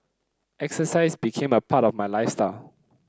exercise became a part of my lifestyle